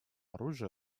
оружия